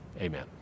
Amen